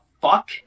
fuck